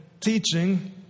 teaching